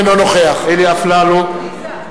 אינו נוכח אלי אפללו,